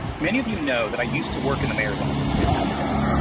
many of you know that i used to work in the mayor's office, ten years ago.